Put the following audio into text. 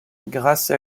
grâce